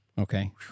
Okay